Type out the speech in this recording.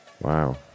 Wow